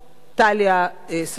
טליה ששון".